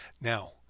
Now